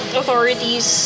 authorities